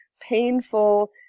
painful